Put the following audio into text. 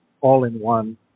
all-in-one